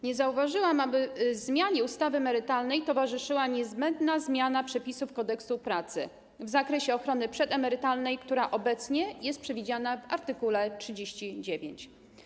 Nie zauważyłam, aby zmianie ustawy emerytalnej towarzyszyła niezbędna zmiana przepisów Kodeksu pracy w zakresie ochrony przedemerytalnej, która obecnie jest przewidziana w art. 39.